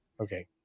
Okay